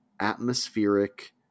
atmospheric